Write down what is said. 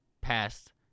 passed